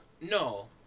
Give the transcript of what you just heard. No